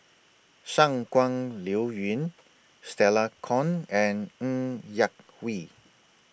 Shangguan Liuyun Stella Kon and Ng Yak Whee